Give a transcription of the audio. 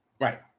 Right